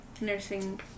nursing